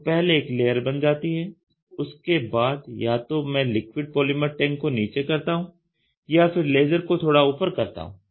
तो पहले एक लेयर बन जाती है उसके बाद या तो मैं लिक्विड पॉलीमर टैंक को नीचे करता हूं या फिर लेज़र को थोड़ा ऊपर करता हूं